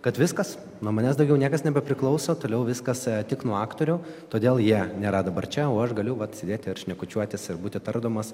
kad viskas nuo manęs daugiau niekas nebepriklauso toliau viskas tik nuo aktorių todėl jie nėra dabar čia o aš galiu vat sėdėti ir šnekučiuotis ir būti tardomas